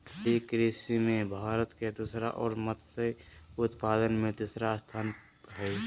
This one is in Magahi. जलीय कृषि में भारत के दूसरा और मत्स्य उत्पादन में तीसरा स्थान हइ